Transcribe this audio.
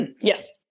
yes